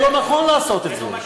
לא נכון לעשות את זה.